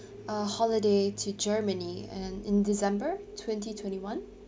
a holiday to germany and in december twenty twenty one